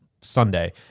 sunday